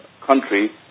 country